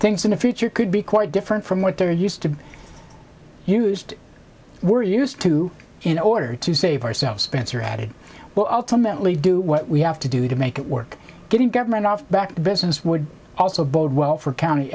things in the future could be quite different from what they're used to used we're used to in order to save ourselves spencer added well ultimately do what we have to do to make it work getting government off back to business would also bode well for county